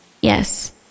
yes